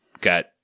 got